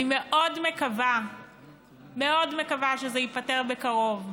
אני מאוד מקווה שזה ייפתר בקרוב.